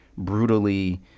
Brutally